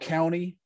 County